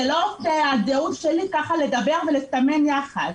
אני לא יכולה כך לדבר ולסמן ביחד.